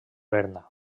berna